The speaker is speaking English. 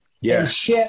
Yes